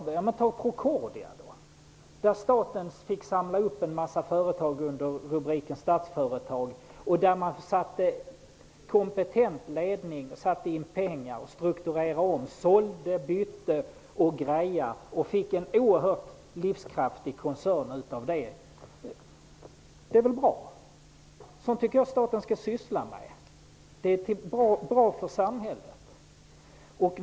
Men låt oss ta Procordia som exempel. Staten fick samla upp en mängd företag under rubriken Statsföretag, tillsatte kompetent ledning och satte in pengar för att strukturera om, sålde, bytte och fick en oerhört livskraftig koncern. Det var bra. Sådant tycker jag att staten skall syssla med. Det är bra för samhället.